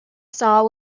saw